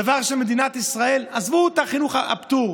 דבר שמדינת ישראל, עזבו את חינוך הפטור,